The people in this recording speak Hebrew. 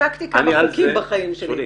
חוקקתי כמה חוקים בחיים שלי.